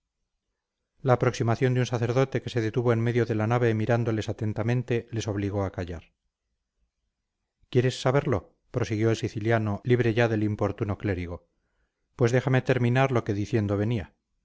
la aproximación de un sacerdote que se detuvo en medio de la nave mirándoles atentamente les obligó a callar quieres saberlo prosiguió el siciliano libre ya del importuno clérigo pues déjame terminar lo que diciendo venía